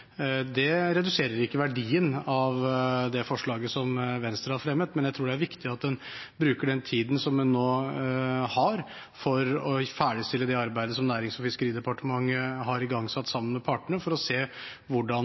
Det reduserer ikke verdien av det forslaget som Venstre har fremmet, men jeg tror det er viktig at en bruker den tiden som en nå har, til å ferdigstille det arbeidet som Nærings- og fiskeridepartementet har igangsatt sammen med partene for å se hvordan